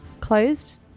closed